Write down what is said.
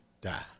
die